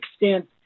extent